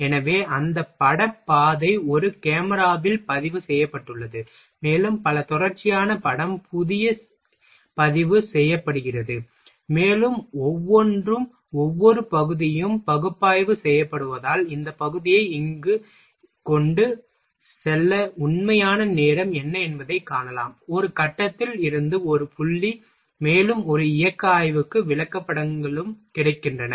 எனவே அந்த பட பாதை ஒரு கேமராவில் பதிவு செய்யப்பட்டுள்ளது மேலும் பல தொடர்ச்சியான படம் பதிவு செய்யப்படுகிறது மேலும் ஒவ்வொன்றும் ஒவ்வொரு பகுதியும் பகுப்பாய்வு செய்யப்படுவதால் இந்த பகுதியை இங்கு கொண்டு செல்ல உண்மையான நேரம் என்ன என்பதைக் காணலாம் ஒரு கட்டத்தில் இருந்து ஒரு புள்ளி மேலும் ஒரு இயக்க ஆய்வுக்கு விளக்கப்படங்களும் கிடைக்கின்றன